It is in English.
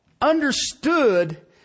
understood